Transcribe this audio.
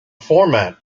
format